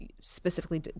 specifically